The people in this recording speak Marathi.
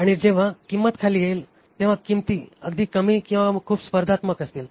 आणि जेव्हा किंमत खाली येईल तेव्हा किंमती अगदी कमी किंवा खूप स्पर्धात्मक असतील